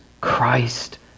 Christ